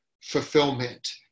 fulfillment